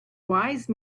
wise